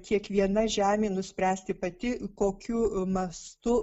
kiekviena žemė nuspręsti pati kokiu mastu